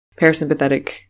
parasympathetic